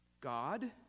God